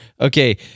Okay